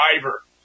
driver